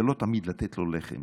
זה לא תמיד לתת לו לחם,